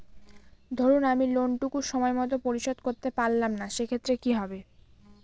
ধরুন আমি লোন টুকু সময় মত পরিশোধ করতে পারলাম না সেক্ষেত্রে কি হবে?